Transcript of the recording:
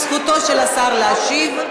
זכותו של השר להשיב.